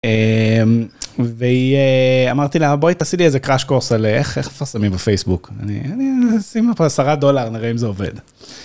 והיא אמרתי לה בואי תעשי לי איזה קראש קורס עלייך, איך מפרסמים בפייסבוק? אני אשים לך עשרה דולר נראה אם זה עובד.